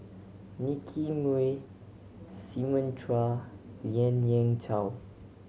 Nicky Moey Simon Chua Lien Ying Chow